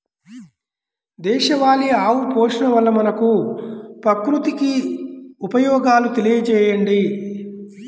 దేశవాళీ ఆవు పోషణ వల్ల మనకు, ప్రకృతికి ఉపయోగాలు తెలియచేయండి?